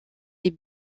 est